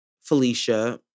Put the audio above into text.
Felicia